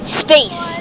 space